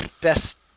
best